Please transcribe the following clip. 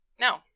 no